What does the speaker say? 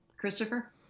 Christopher